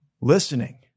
Listening